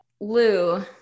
Lou